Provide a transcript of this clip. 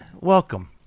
Welcome